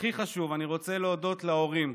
הכי חשוב, אני רוצה להודות להורים,